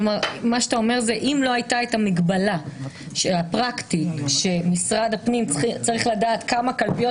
אתה אומר שלולא הייתה המגבלה הפרקטית שמשרד הפנים צריך לדעת כמה קלפיות